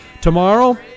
Tomorrow